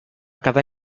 quedar